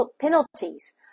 penalties